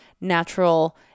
natural